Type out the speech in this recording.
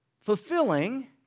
fulfilling